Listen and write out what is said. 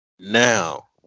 Now